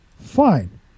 fine